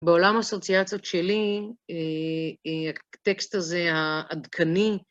בעולם האסוציאציות שלי, הטקסט הזה העדכני,